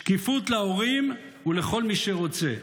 שקיפות להורים ולכל מי שרוצה.